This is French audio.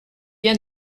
bien